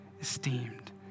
esteemed